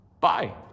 Bye